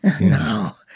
No